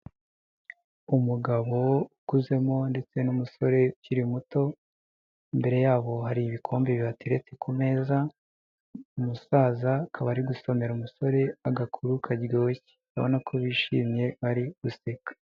Umugabo ukuzemo ndetse n'umusore ukiri muto imbere yabo hari ibikombe bibatereretse ku meza umusaza akaba ari gusomera umusore agakuru karyoshye abona ko bishimye ari useka.